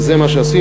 וזה מה שעשינו.